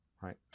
right